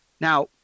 Now